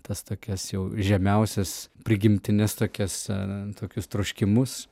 tas tokias jau žemiausias prigimtines tokias tokius troškimus